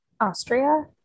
Austria